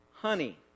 honey